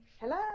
Hello